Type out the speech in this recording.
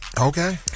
okay